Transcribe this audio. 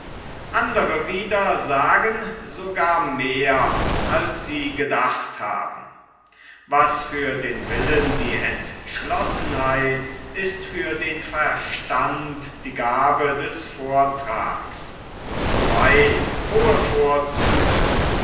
andre wieder sagen sogar mehr als sie gedacht haben was für den willen die entschlossenheit ist für den verstand die gabe des vortrags zwei hohe vorzüge